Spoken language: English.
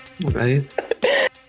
right